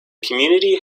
community